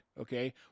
okay